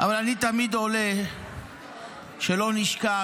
אבל אני תמיד עולה כדי שלא נשכח,